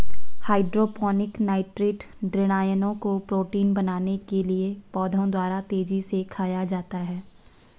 hydroponic nitrate ऋणायनों को protein बनाने के लिए पौधों द्वारा तेजी से खाया जाता है